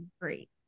great